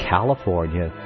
California